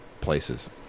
places